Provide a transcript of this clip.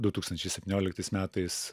du tūkstančiai septynioliktais metais